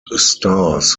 stars